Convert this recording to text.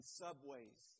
subways